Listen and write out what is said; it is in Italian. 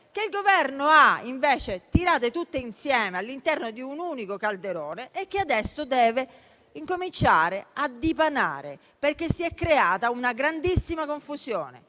che il Governo ha invece tirato tutte insieme all'interno di un unico calderone e che adesso deve incominciare a dipanare. Si è, infatti, creata una grandissima confusione: